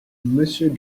monsieur